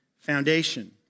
foundation